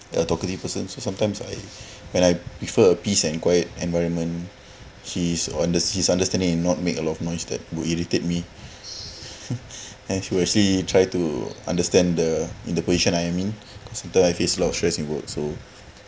ya talkative person so sometimes I when I prefer a peace and quiet environment she's on the she understanding and not made a lot of noise that will irritate me and she will actually try to understand the integration that I admit cause sometimes I face a lot of stress in work so